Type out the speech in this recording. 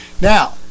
Now